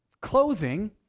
Clothing